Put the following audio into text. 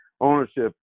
ownership